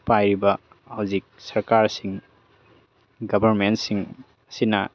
ꯄꯥꯏꯔꯤꯕ ꯍꯧꯖꯤꯛ ꯁꯔꯀꯥꯔꯁꯤꯡ ꯒꯕꯔꯃꯦꯟꯁꯤꯡ ꯑꯁꯤꯅ